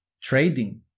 trading